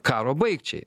karo baigčiai